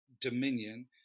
Dominion